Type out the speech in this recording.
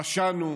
פשענו,